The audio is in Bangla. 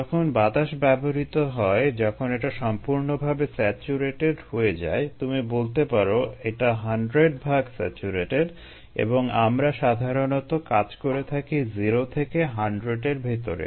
যখন বাতাস ব্যবহৃত হয় যখন এটা সম্পূর্ণভাবে স্যাচুরেটেড হয়ে যায় তুমি বলতে পারো এটা 100 ভাগ স্যাচুরেটেড এবং আমরা সাধারণত কাজ করে থাকি 0 থেকে 100 এর ভেতরে